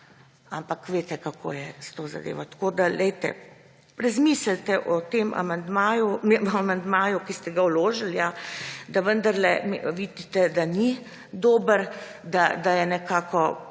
Ampak veste, kako je s to zadevo. Tako da razmislite o tem amandmaju, o amandmaju, ki ste ga vložili, da vendarle vidite, da ni dober, da je nekako